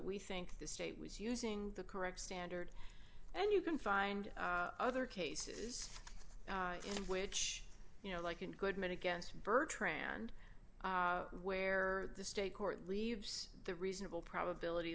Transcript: we think the state was using the correct standard and you can find other cases in which you know like in good men against byrd trend where the state court leaves the reasonable probability